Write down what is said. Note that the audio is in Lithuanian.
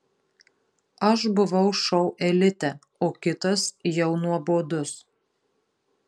aš buvau šou elite o kitas jau nuobodus